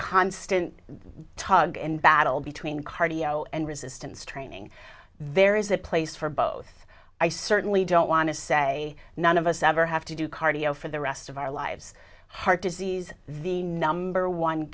constant tug and battle between cardio and resistance training there is a place for both i certainly don't want to say none of us ever have to do cardio for the rest of our lives heart disease the number one